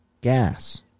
gas